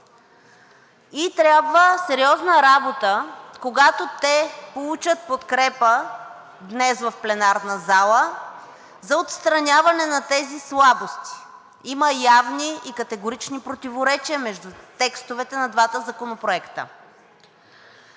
и трябва сериозна работа, когато те получат подкрепа днес в пленарната зала за отстраняване на тези слабости – има явни и категорични противоречия между текстовете на двата законопроекта.